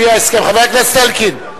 חבר הכנסת אלקין,